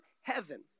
heaven